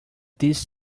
this